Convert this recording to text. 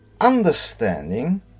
understanding